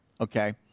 Okay